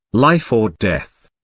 life or death?